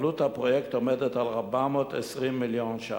עלות הפרויקט עומדת על 420 מיליון שקלים.